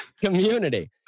community